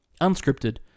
Unscripted